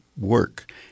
work